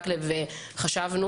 אז קל וחומר.